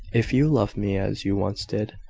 if you loved me as you once did,